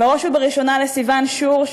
בראש ובראשונה לסיון שור,